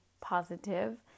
positive